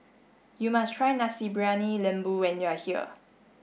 you must try Nasi Briyani Lembu when you are here